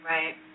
Right